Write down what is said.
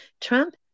Trump